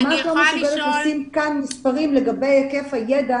אני ממש לא יכולה לשים כאן מספרים לגבי היקף הידע